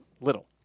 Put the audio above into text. little